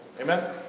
Amen